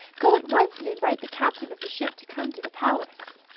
go at once and invite the captain of the ship to come to the palace.